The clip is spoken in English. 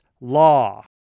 law